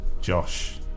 Josh